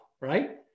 right